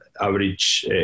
average